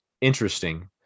interesting